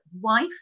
wife